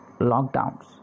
lockdowns